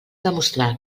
demostrar